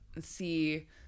see